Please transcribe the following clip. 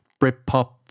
Britpop